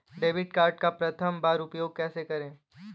Debit card का प्रथम बार उपयोग कैसे करेंगे?